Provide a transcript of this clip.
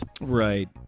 Right